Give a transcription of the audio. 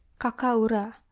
kakaura